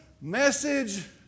message